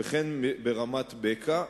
וכן ברמת-בקע,